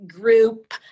group